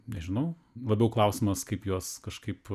nežinau labiau klausimas kaip juos kažkaip